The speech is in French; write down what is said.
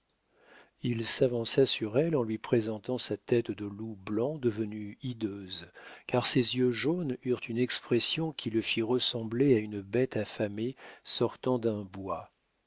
il s'avança sur elle en lui présentant sa tête de loup blanc devenue hideuse car ses yeux jaunes eurent une expression qui le fit ressembler à une bête affamée sortant d'un bois